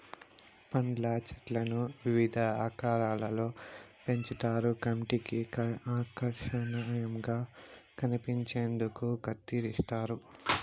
పండ్ల చెట్లను వివిధ ఆకారాలలో పెంచుతారు కంటికి ఆకర్శనీయంగా కనిపించేందుకు కత్తిరిస్తారు